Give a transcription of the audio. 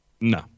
No